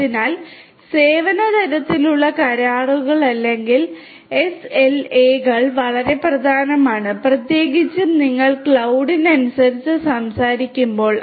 അതിനാൽ സേവന തലത്തിലുള്ള കരാറുകൾ അല്ലെങ്കിൽ എസ്എൽഎകൾ വളരെ പ്രധാനമാണ് പ്രത്യേകിച്ചും നിങ്ങൾ ക്ലൌഡിനെക്കുറിച്ച് സംസാരിക്കുമ്പോൾ